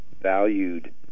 valued